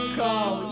call